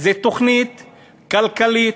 זו תוכנית כלכלית,